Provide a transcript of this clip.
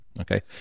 Okay